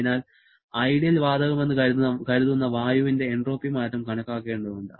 അതിനാൽ ഐഡിയൽ വാതകമെന്ന് കരുതുന്ന വായുവിന്റെ എൻട്രോപ്പി മാറ്റം കണക്കാക്കേണ്ടതുണ്ട്